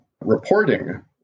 reporting